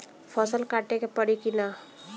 फसल काटे के परी कि न?